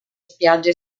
spiagge